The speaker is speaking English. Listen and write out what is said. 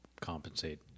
compensate